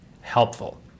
helpful